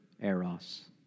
eros